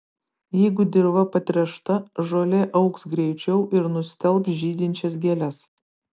jeigu dirva pertręšta žolė augs greičiau ir nustelbs žydinčias gėles